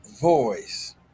voice